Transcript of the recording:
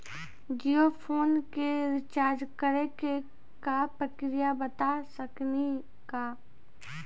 Jio phone के recharge करे के का प्रक्रिया बता साकिनी का?